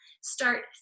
start